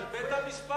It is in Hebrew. שבית-המשפט,